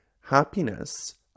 happiness